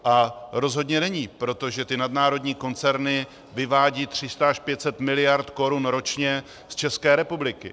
A rozhodně není, protože ty nadnárodní koncerny vyvádějí 300 až 500 miliard korun ročně z České republiky.